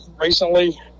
recently